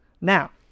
Now